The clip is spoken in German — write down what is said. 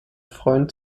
freund